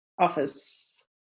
office